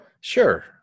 Sure